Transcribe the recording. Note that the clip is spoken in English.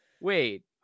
Wait